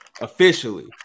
officially